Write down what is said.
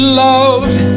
loved